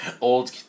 old